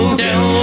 down